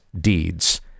deeds